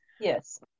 Yes